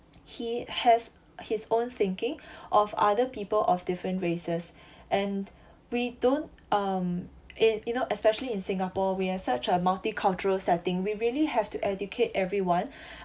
he has his own thinking of other people of different races and we don't um in you know especially in singapore we are such a multicultural setting we really have to educate everyone